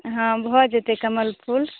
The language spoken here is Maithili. हँ भऽ जेतै कमल फूल